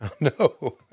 No